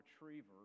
retriever